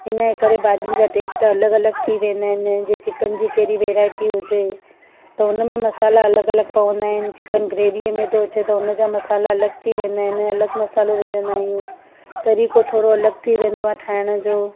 हिनए करे भाॼियुनि जा टेस्ट अलॻि अलॻि थी वेंदा आहिनि जे चिकन जी कहिड़ी वेराइटी हुजे त उनमें मसाला अलॻि अलॻि पवंदा आहिनि चिकन ग्रेवीअ में थो अचे त उनजा मसाला अलॻि थी वेंदा आहिनि अलॻि मसालो विझंदा आहियूं तरीक़ो थोरो अलॻि थी वेंदो आहे ठाहिण जो